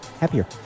happier